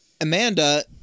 Amanda